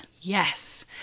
Yes